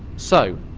so,